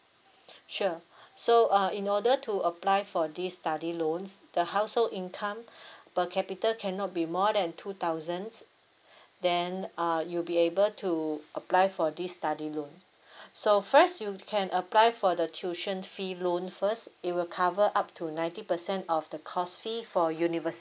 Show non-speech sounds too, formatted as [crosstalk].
sure so uh in order to apply for this study loans the household income [breath] per capita cannot be more than two thousands [breath] then uh you'll be able to apply for this study loan [breath] so first you can apply for the tuition fee loan first it will cover up to ninety percent of the course fee for university